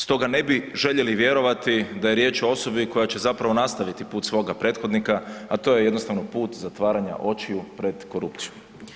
Stoga ne bi željeli vjerovati da je riječ o osobi koja će zapravo nastaviti put svoga prethodnika, a to je jednostavno put zatvaranja očiju pred korupcijom.